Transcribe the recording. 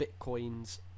Bitcoin's